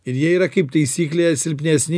ir jie yra kaip taisyklė silpnesni